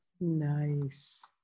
Nice